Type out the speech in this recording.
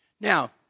Now